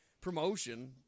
promotion